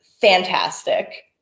fantastic